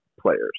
players